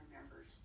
members